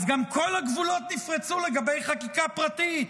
אז גם כל הגבולות נפרצו לגבי חקיקה פרטית.